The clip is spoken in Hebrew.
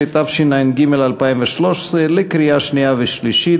12), התשע"ג 2013, לקריאה שנייה ושלישית.